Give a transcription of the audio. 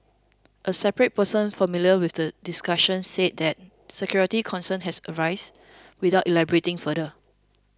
a separate person familiar with the discussions said that security concerns had arisen without elaborating further